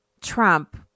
Trump